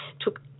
Took